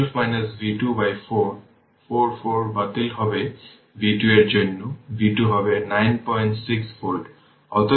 যেহেতু সুইচটি প্রথমে ক্লোজ ছিল ইনিশিয়াল কন্ডিশন কী তা খুঁজে বের করুন তারপর সুইচটি ওপেন আছে এবং সেই অনুযায়ী সমাধান করুন